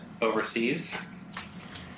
overseas